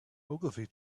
ogilvy